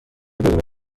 بدون